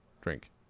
drink